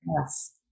Yes